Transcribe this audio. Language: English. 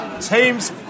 Teams